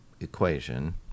equation